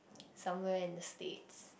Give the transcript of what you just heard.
somewhere in the States